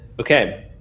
Okay